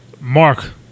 Mark